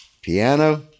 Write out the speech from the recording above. Piano